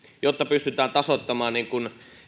jotta pystytään tasoittamaan niin kuin